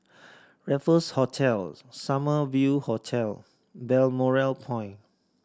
Raffles Hotel Summer View Hotel Balmoral Point